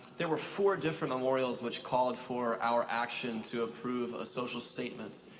there were four different memorials which called for our action to approve a social statement.